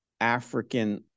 African